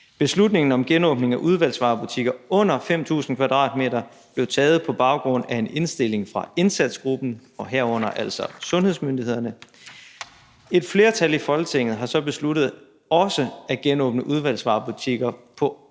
Beslutningen om genåbning af udvalgsvarebutikker under 5.000 m² blev taget på baggrund af en indstilling fra indsatsgruppen og herunder altså sundhedsmyndighederne. Et flertal i Folketinget har så besluttet også at genåbne udvalgsvarebutikker på 5.000